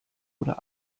oder